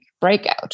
breakout